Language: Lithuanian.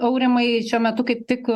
aurimai šiuo metu kaip tik